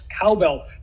cowbell